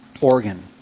organ